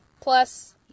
Plus